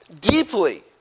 deeply